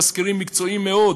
מזכירים מקצועיים מאוד.